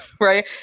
right